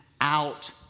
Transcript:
out